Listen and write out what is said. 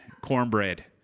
Cornbread